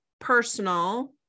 personal